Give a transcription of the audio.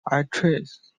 actress